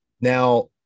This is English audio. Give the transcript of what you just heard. Now